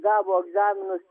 gavo egzaminus